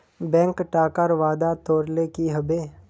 bank टाकार वादा तोरले कि हबे